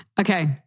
Okay